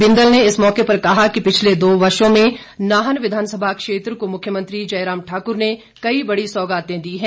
बिंदल ने इस मौके पर कहा कि पिछले दो सालों में नाहन विधानसभा क्षेत्र को मुख्यमंत्री जयराम ठाकुर ने कई बड़ी सौगाते दी हैं